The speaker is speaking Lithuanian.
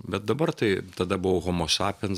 bet dabar tai tada buvo homospiens